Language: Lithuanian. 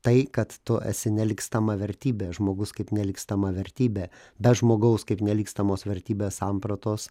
tai kad tu esi nelygstama vertybė žmogus kaip nelygstama vertybė be žmogaus kaip nelygstamos vertybės sampratos